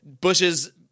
Bush's